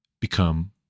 become